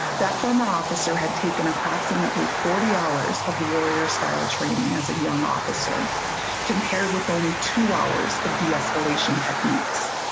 that former officer had taken approximately forty hours of warrior style training as a young officer compared with only two hours of de-escalation techniques.